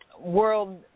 world